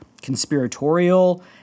conspiratorial